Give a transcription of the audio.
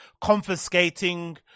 confiscating